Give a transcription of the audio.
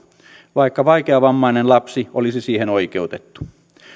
vaikka vaikeavammainen lapsi olisi siihen oikeutettu